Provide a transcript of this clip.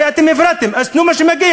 הרי אתם הפרדתם, אז תנו מה שמגיע.